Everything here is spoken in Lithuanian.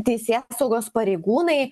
teisėsaugos pareigūnai